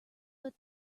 but